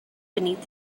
beneath